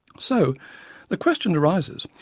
so the question arises,